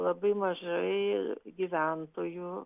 labai mažai gyventojų